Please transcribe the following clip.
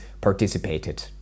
participated